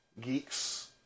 Geeks